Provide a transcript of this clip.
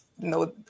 No